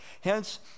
Hence